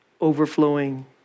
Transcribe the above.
overflowing